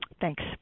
Thanks